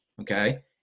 okay